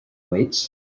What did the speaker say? weights